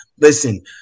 listen